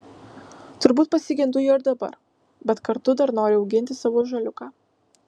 turbūt pasigendu jo ir dabar bet kartu dar noriu auginti savo ąžuoliuką